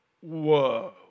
whoa